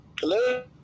Hello